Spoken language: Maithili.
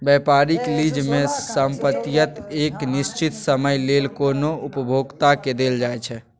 व्यापारिक लीज में संपइत एक निश्चित समय लेल कोनो उपभोक्ता के देल जाइ छइ